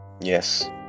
yes